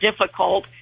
difficult